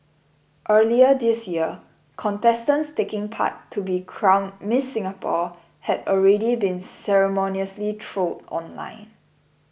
earlier this year contestants taking part to be crowned Miss Singapore had already been ceremoniously trolled online